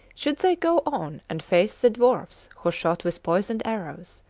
should they go on and face the dwarfs who shot with poisoned arrows,